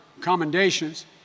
commendations